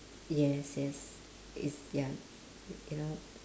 yes yes is ya you know